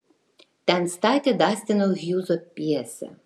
ten statė dastino hjūzo pjesę